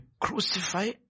crucify